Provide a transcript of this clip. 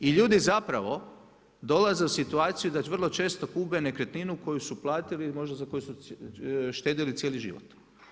I ljudi zapravo dolaze u situaciju da vrlo često kupe nekretninu koju su platili, možda za koju su štedjeli cijeli život.